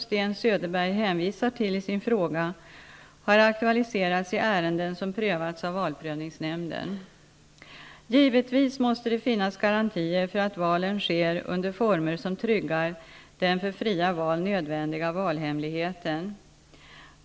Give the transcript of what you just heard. Sten Söderberg hänvisar till i sin fråga har aktualiserats i ärenden som har prövats av valprövningsnämnden. Givetvis måste det finnas garantier för att valen sker under former som tryggar den för fria val nödvändiga valhemligheten.